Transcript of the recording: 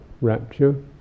rapture